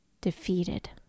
defeated